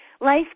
Life